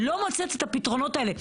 לא מוצאת את הפתרונות האלה.